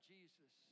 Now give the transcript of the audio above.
Jesus